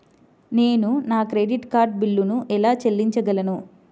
నేను నా credit card బిల్లును ఎలా చెల్లించగలను?